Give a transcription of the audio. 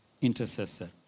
intercessor